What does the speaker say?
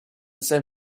san